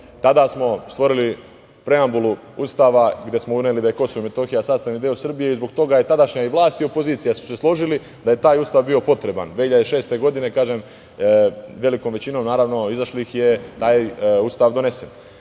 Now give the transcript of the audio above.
smo stvorili preambulu Ustava, gde smo uneli da je Kosovo i Metohija sastavni deo Srbije i zbog toga su se tadašnja vlast i opozicija složili da je taj Ustav bio potreban. Godine 2006, kažem, velikom većinom naravno izašlo ih je, taj Ustav je